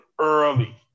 early